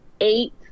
eight